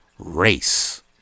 race